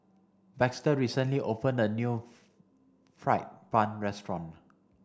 Baxter recently opened a new fried bun restaurant